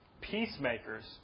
peacemakers